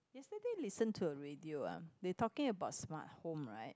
yesterday listen to a radio ah they talking about smart home right